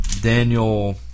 Daniel